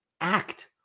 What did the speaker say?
act